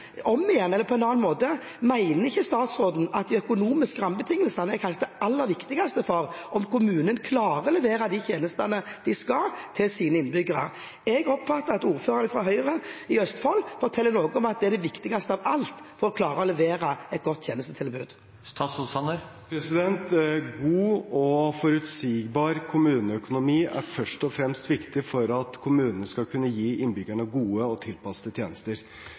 om igjen – eller på en annen måte: Mener ikke statsråden at de økonomiske rammebetingelsene kanskje er det aller viktigste for at kommunene klarer å levere de tjenestene de skal levere til sine innbyggere? Jeg oppfatter det slik at ordførere fra Høyre i Østfold mener at det er det viktigste av alt for å klare å levere et godt tjenestetilbud. God og forutsigbar kommuneøkonomi er først og fremst viktig for at kommunene skal kunne gi innbyggerne gode og tilpassede tjenester.